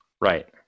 Right